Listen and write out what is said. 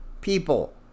people